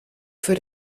für